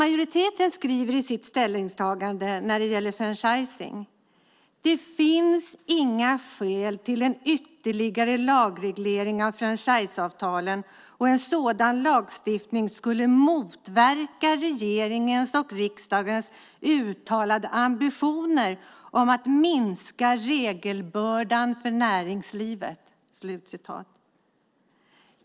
Majoriteten skriver i sitt ställningstagande när det gäller franchising att det inte finns några skäl till en ytterligare lagreglering av franchiseavtalen och att en sådan lagstiftning skulle motverka regeringens och riksdagens uttalade ambitioner att minska regelbördan för näringslivet.